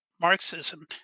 Marxism